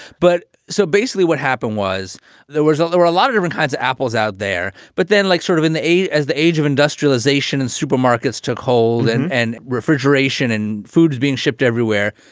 but so basically what happened was there was a there were a lot of different kinds of apples out there. but then like sort of in the age as the age of industrialization and supermarkets took hold and and refrigeration in foods being shipped everywhere,